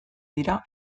dira